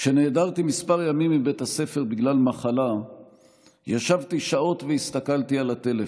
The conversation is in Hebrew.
כשנעדרתי כמה ימים מבית הספר בגלל מחלה ישבתי שעות והסתכלתי על הטלפון,